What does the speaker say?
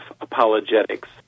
apologetics